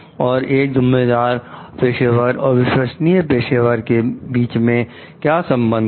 और एक जिम्मेदार पेशेवर और विश्वसनीय पेशेवर के बीच में क्या संबंध है